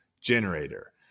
generator